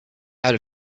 out